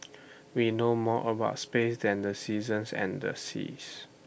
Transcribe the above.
we know more about space than the seasons and the seas